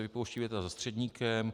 Vypouští se věta za středníkem.